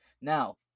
Now